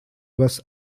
was